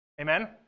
Amen